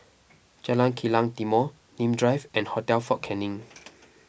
Jalan Kilang Timor Nim Drive and Hotel fort Canning